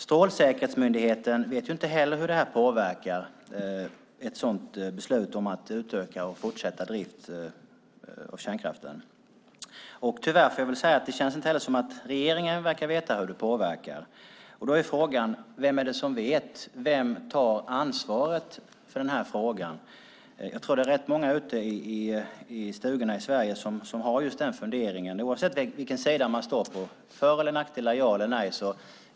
Strålsäkerhetsmyndigheten vet inte heller hur ett beslut om utökad och fortsatt drift kommer att påverka, och det känns tyvärr inte heller som att regeringen verkar veta hur det påverkar. Då är frågan: Vem är det som vet? Vem tar ansvaret för den här frågan? Jag tror att det är många ute i stugorna i Sverige som har just den funderingen, oavsett om man är för eller emot.